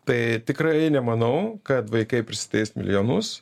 tai tikrai nemanau kad vaikai prisiteis milijonus